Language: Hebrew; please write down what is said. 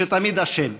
שתמיד אשם.